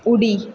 उडी